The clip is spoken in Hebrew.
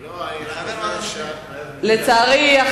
לצערי,